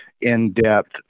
in-depth